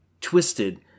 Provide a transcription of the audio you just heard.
Twisted